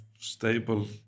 stable